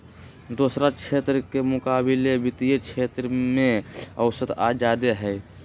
दोसरा क्षेत्र के मुकाबिले वित्तीय क्षेत्र में औसत आय जादे हई